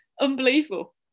unbelievable